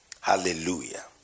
Hallelujah